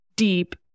deep